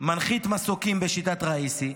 מנחית מסוקים בשיטת ראיסי,